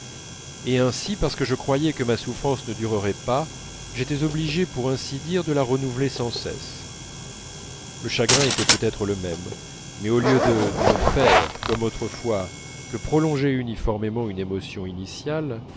et ainsi parce que je croyais que ma souffrance ne durerait pas j'étais obligé pour ainsi dire de la renouveler sans cesse le chagrin était peut-être le même mais au lieu de ne faire comme autrefois que prolonger uniformément une émotion initiale